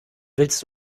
willst